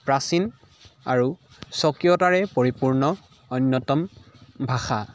প্ৰাচীন আৰু স্বকীয়তাৰে পৰিপূৰ্ণ অন্যতম ভাষা